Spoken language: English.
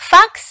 Fox